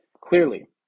Clearly